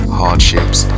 hardships